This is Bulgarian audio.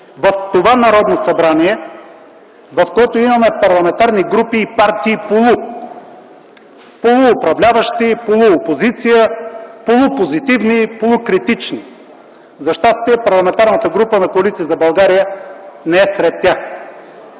в това Народно събрание, в което има парламентарни групи и партии полууправляващи, полуопозиция, полупозитивни, полукритични”. За щастие, Парламентарната група на Коалиция за България не е сред тях.